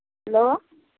hello